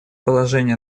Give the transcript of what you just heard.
положения